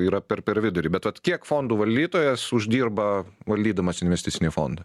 yra per per vidurį bet vat kiek fondų valdytojas uždirba valdydamas investicinį fondą